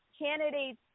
Candidates